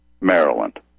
Maryland